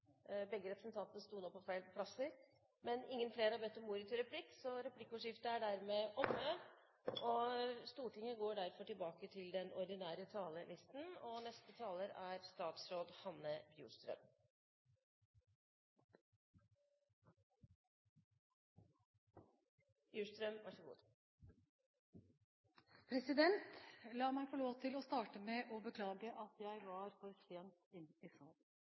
Begge representantene sto nå på feil plasser. Replikkordskiftet er omme. La meg få lov til å starte med å beklage at jeg kom for sent inn i salen.